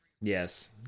Yes